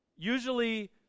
Usually